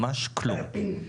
ממש כלום.